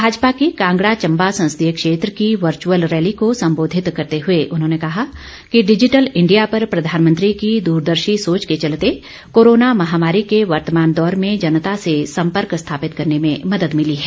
भाजपा की कांगड़ा चंबा संसदीय क्षेत्र की वर्च्यअल रैली को संबोधित करते हुए उन्होंने कहा कि डिजिटल इंडिया पर प्रधानमंत्री की दूरदर्शी सोच के चलते कोरोना महामारी के वर्तमान दौर में जनता से सम्पर्क स्थापित करने में मदद भिली है